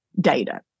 data